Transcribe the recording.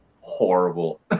horrible